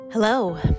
Hello